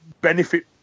benefit